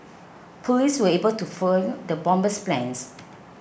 police were able to foil the bomber's plans